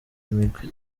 imigwi